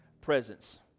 presence